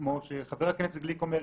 כמו שחבר הכנסת גליק אומר,